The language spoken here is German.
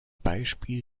beispiel